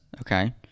okay